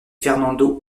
fernando